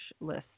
list